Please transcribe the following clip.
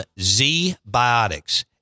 Z-Biotics